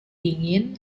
dingin